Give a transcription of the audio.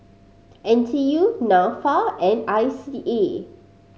N T U Nafa and I C A